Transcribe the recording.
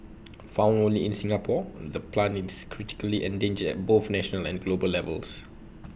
found only in Singapore the plant is critically endangered at both national and global levels